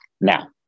Now